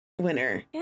winner